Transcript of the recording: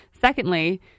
Secondly